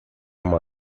uma